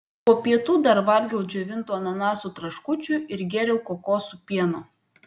po pietų dar valgiau džiovintų ananasų traškučių ir gėriau kokosų pieno